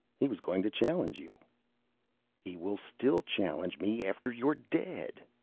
he was going to challenge you he will still challenge me, after you're dead.